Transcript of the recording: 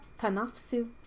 Tanafsu